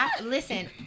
Listen